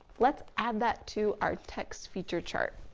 let's add that to our text feature chart.